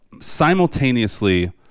simultaneously